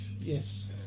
yes